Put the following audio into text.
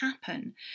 happen